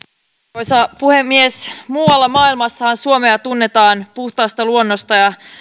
arvoisa puhemies muualla maailmassahan suomi tunnetaan puhtaasta luonnosta ja